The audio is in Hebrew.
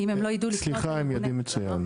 סליחה, הם יודעים מצוין.